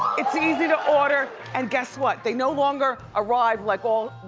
it's easy to order and guess what? they no longer arrive like all,